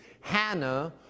Hannah